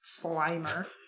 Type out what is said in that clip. Slimer